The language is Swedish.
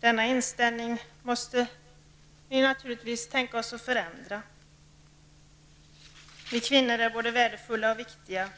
Denna inställning måste vi naturligtvis tänka oss att förändra. Vi kvinnor är både värdefulla och viktiga,